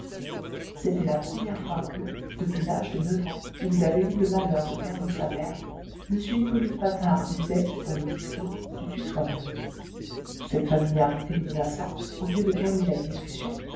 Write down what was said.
c'était la première fois que depuis l'âge de neuf ans où il avait eu le malheur de perdre sa mère m hippolyte patard usait dans le discours du tutoiement cette familiarité menaçante au lieu de calmer la discussion